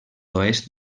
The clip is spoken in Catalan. oest